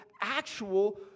actual